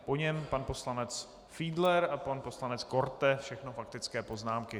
Po něm pan poslanec Fiedler a pan poslanec Korte, všechno faktické poznámky.